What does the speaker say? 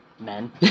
Men